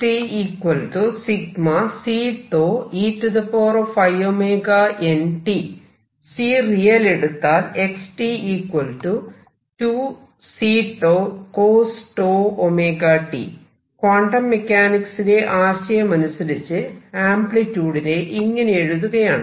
x ∑Ceiωnt C real എടുത്താൽ x 2Ccos⁡τωt quantum മെക്കാനിക്സിലെ ആശയമനുസരിച്ച് ആംപ്ലിട്യൂഡിനെ ഇങ്ങനെയെഴുതുകയാണ്